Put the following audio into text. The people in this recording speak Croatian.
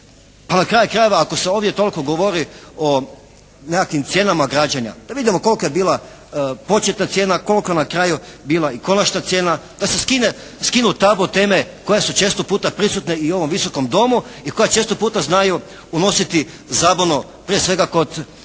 Pa na kraju krajeva, ako se ovdje toliko govori o nekakvim cijenama građenja, da vidimo kolika je bila početna cijena, kolika je na kraju bila i konačna cijena? Da se skinu tabu teme koje su često puta prisutne i u ovom Visokom domu i koja često puta znaju unositi zabunu prije svega kod gledatelja